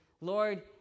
Lord